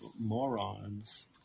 morons